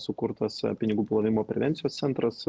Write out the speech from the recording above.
sukurtas pinigų plovimo prevencijos centras